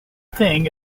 thing